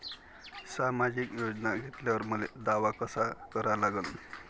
सामाजिक योजना घेतल्यावर मले दावा कसा करा लागन?